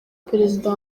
perezida